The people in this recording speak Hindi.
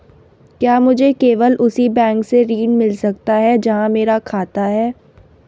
क्या मुझे केवल उसी बैंक से ऋण मिल सकता है जहां मेरा खाता है?